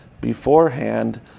beforehand